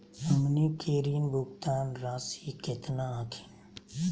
हमनी के ऋण भुगतान रासी केतना हखिन?